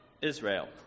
Israel